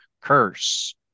curse